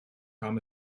kam